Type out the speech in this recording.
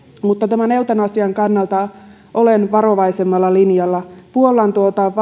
mutta eutanasian kannalta olen varovaisemmalla linjalla puollan